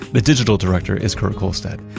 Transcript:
the digital director is kurt kohlstedt.